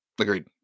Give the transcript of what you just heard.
Agreed